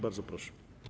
Bardzo proszę.